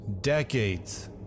Decades